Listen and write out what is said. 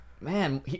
Man